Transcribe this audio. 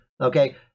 Okay